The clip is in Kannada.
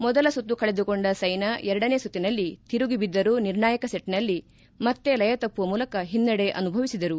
ಮೊದಲ ಸುತ್ತು ಕಳೆದುಕೊಂಡ ಸೈನಾ ಎರಡನೇ ಸುತ್ತಿನಲ್ಲಿ ತಿರುಗಿ ಬಿದ್ದರೂ ನಿರ್ಣಾಯಕ ಸೆಟ್ನಲ್ಲಿ ಮತ್ತೆ ಲಯ ತಪ್ಪುವ ಮೂಲಕ ಹಿನ್ನಡೆ ಅನುಭವಿಸಿದರು